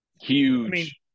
Huge